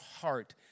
heart